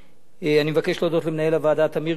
אני מבקש להודות למנהל הוועדה טמיר כהן,